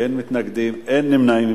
אין מתנגדים, אין נמנעים.